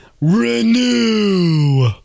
Renew